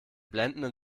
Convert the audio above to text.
blendenden